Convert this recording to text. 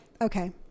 okay